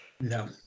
No